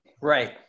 right